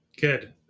Good